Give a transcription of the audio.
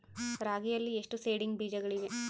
ರಾಗಿಯಲ್ಲಿ ಎಷ್ಟು ಸೇಡಿಂಗ್ ಬೇಜಗಳಿವೆ?